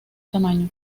tamaño